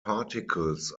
particles